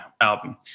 album